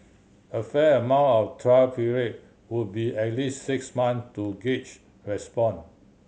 a fair amount of trial period would be at least six months to gauge response